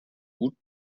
gut